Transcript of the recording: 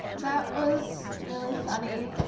that was really funny.